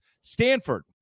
Stanford